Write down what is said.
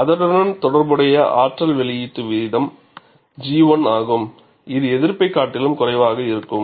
அதனுடன் தொடர்புடைய ஆற்றல் வெளியீட்டு வீதம் G 1 ஆகும் இது எதிர்ப்பைக் காட்டிலும் குறைவாக இருக்கும்